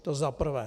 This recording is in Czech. To za prvé.